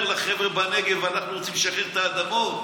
לחבר'ה בנגב: אנחנו ורוצים לשחרר את האדמות.